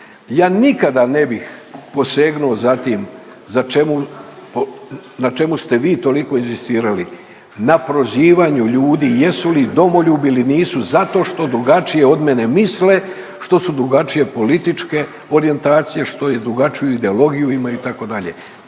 ja nikada ne bih posegnuo za tim za čemu, na čemu ste vi toliko inzistirali, na prozivanju ljudi jesu li domoljubi ili nisu zato što drugačije od mene misle, što su drugačije političke orijentacije, što drugačiju ideologiju imaju itd.